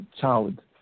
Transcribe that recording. child